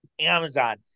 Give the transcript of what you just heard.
Amazon